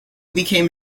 became